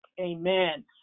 Amen